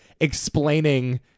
explaining